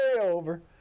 over